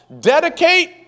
Dedicate